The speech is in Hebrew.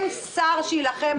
לא יהיו העברות עד שלא יימצא פתרון.